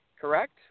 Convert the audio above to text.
correct